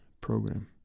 program